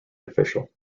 official